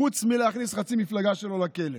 חוץ מלהכניס חצי מהמפלגה שלו לכלא.